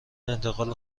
انتقال